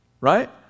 right